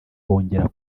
bongera